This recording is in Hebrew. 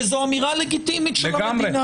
וזו אמירה לגיטימית של המדינה.